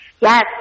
Yes